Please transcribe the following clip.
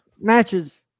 matches